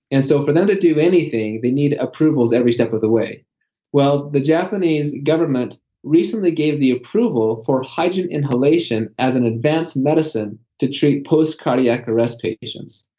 and so for them to do anything they need approvals every step of the way well, the japanese government recently gave the approval for hydrogen inhalation as an advanced medicine to treat post-cardiac arrest patients,